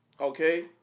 okay